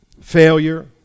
failure